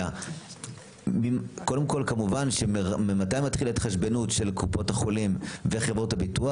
אלא קודם כל כמובן ממתי מתחיל התחשבנות של קופות החולים וחברות הביטוח?